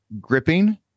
Gripping